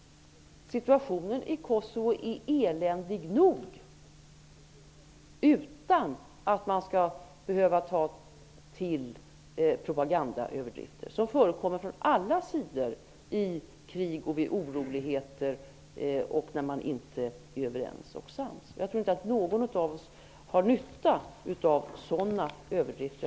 Situationen i Kosovo är eländig nog utan att man skall behöva ta till propagandaöverdrifter, något som förekommer hos alla sidor vid krig, oroligheter och när man inte är överens och sams. Jag tror inte att någon av oss har nytta av sådana överdrifter.